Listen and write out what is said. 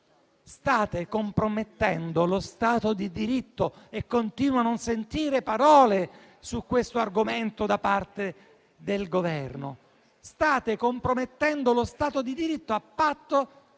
State compromettendo lo Stato di diritto e io